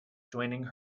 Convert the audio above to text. joining